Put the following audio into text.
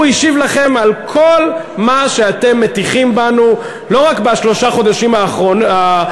הוא השיב לכם על כל מה שאתם מטיחים בנו לא רק בשלושת חודשים האחרונים,